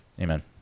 Amen